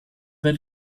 per